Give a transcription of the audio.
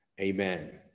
amen